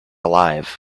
alive